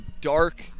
dark